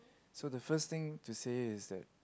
so the first thing to say is that